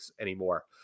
anymore